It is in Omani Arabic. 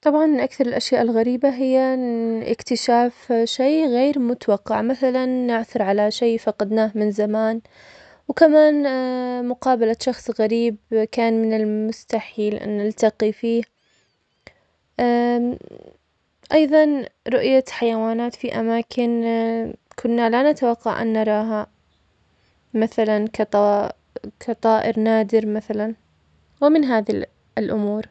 طبعاً من أكثر الأشياء الغريبة, هي إن إكتشاف شئ غير متوقع, مثلاً, نعثر على شئ فقدناه من زمان, وكمان مقابلة شخص غريب كان من المستحيل أن نلتقي فيه أيضاً, رؤية حيوانات في أماكن كنا لا نتوقع أن نراها, مثلاً, كطائ- كطائر نادر مثلاً, ومن هذي الأمور.